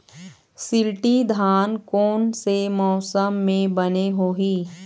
शिल्टी धान कोन से मौसम मे बने होही?